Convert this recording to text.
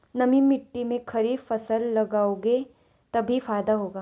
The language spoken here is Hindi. नमी मिट्टी में खरीफ फसल लगाओगे तभी फायदा होगा